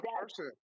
person